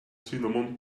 cinnamon